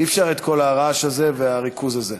אי-אפשר את כל הרעש הזה והריכוז הזה.